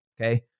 Okay